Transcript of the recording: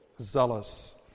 zealous